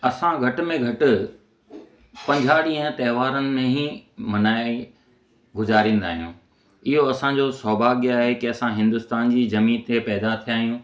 असां घटि में घटि पंजाह ॾींहं त्योहारनि में ई मल्हाए गुज़ारींदा आहियूं इहो असांजो सौभाग्य आहे कि असां हिंदुस्तान जी ज़मीन ते पैदा थिया आहियूं